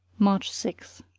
march six.